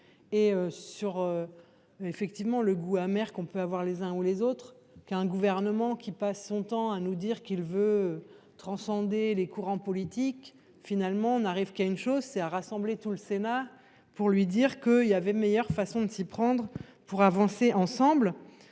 le goût amer qu'on peut avoir les uns ou les autres qu'un gouvernement qui passe son temps à nous dire qu'il veut transcender les courants politiques finalement on n'arrive qu'à une chose, c'est à rassembler tout le Sénat pour lui dire que il y avait meilleure façon de s'y prendre pour avancer ensemble.